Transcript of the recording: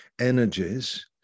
energies